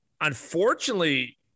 Unfortunately